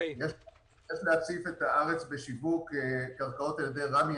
יש להציף את הארץ בשיווק קרקעות על ידי רמ"י.